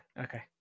okay